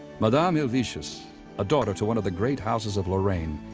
madame helvetius, a daughter to one of the great houses of lorraine,